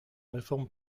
réforme